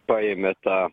paėmė tą